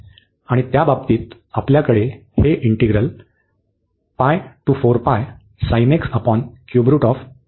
आणि त्या बाबतीत आपल्याकडे हे इंटिग्रल हे ऍब्सल्यूट कॉन्व्हर्ज होते